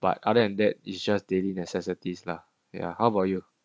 but other than that it's just daily necessities lah ya how about you